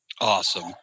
Awesome